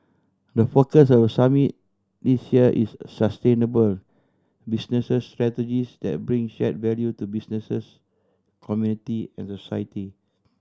the focus of the summit this year is sustainable businesses strategies that bring share value to businesses community and society